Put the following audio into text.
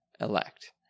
elect